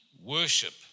worship